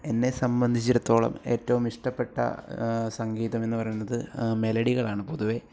എന്നെ സംബന്ധിച്ചിടത്തോളം ഏറ്റവും ഇഷ്ടപ്പെട്ട സംഗീതമെന്ന് പറയുന്നത് മെലഡികളാണ് പൊതുവെ